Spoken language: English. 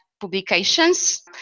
publications